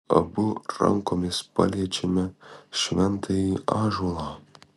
abu rankomis paliečiame šventąjį ąžuolą